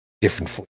different